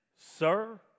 Sir